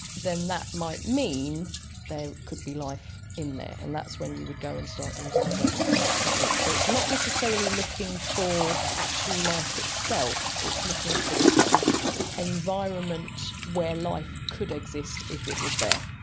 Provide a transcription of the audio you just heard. then that might mean could be life in there, and that's when you would go and start using other techniques. so it's not necessarily looking for actual life itself, it's looking for the sort of environment where life could exist if it was there.